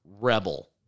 rebel